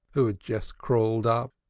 who had just crawled up.